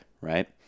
right